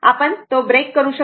आपण तो ब्रेक करू शकतो